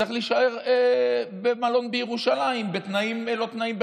הוא צריך להישאר במלון בירושלים בתנאים לא תנאים,